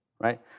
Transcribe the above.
right